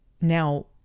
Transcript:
Now